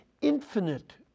infinite